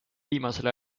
viimasel